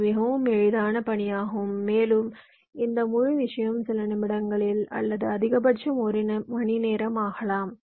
இது மிகவும் எளிதான பணியாகும் மேலும் இந்த முழு விஷயமும் சில நிமிடங்கள் அல்லது அதிகபட்சம் ஒரு மணிநேரம் ஆகலாம்